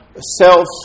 self